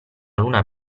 luna